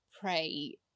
pray